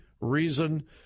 reason